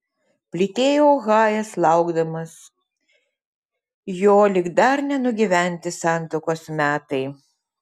plytėjo ohajas laukdamas jo lyg dar nenugyventi santuokos metai